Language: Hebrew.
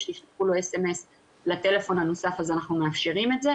שישלחו לו סמס לטלפון הנוסף אנחנו מאפשרים את זה,